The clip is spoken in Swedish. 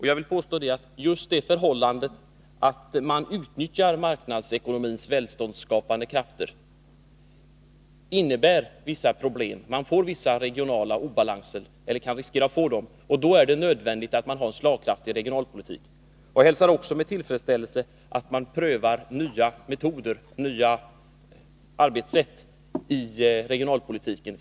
Jag vill påstå att just det förhållandet att man utnyttjar marknadsekonomins välståndsskapande krafter innebär vissa problem. Man får vissa regionala obalanser — eller riskerar att få dem. Då är det nödvändigt att man har en slagkraftig regionalpolitik. Jag hälsar också med tillfredsställelse att man prövar nya metoder, nya arbetssätt, i regionalpolitiken.